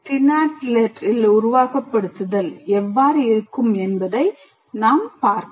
TINATIit இல் உருவகப்படுத்துதல் எவ்வாறு இருக்கும் என்பதைப் பார்ப்போம்